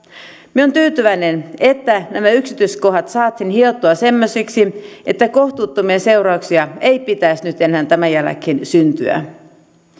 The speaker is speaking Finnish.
minä olen tyytyväinen että nämä yksityiskohdat saatiin hiottua semmoisiksi että kohtuuttomia seurauksia ei pitäisi nyt enää tämän jälkeen syntyä